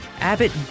Abbott